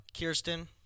Kirsten